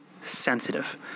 sensitive